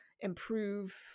improve